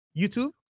YouTube